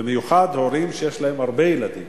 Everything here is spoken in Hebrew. במיוחד הורים שיש להם הרבה ילדים.